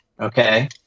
Okay